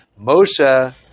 Moshe